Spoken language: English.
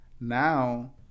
Now